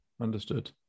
understood